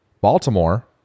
Baltimore